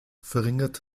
verringert